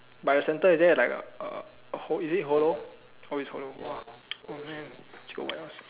by the center is there a like a hollow it is hollow oh it is hollow !wah! oh man still got what else